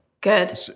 Good